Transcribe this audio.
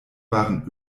waren